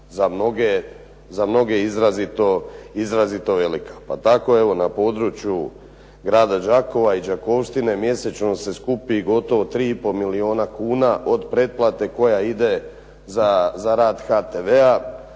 za mnoge izrazito velika. Pa tako evo na području grada Đakova i Đakovštine mjesečno se skupi gotovo 3 i pol milijuna kuna od pretplate koja ide za rad HTV-a